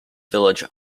village